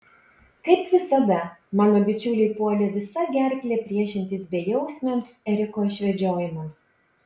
kaip visada mano bičiuliai puolė visa gerkle priešintis bejausmiams eriko išvedžiojimams